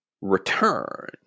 return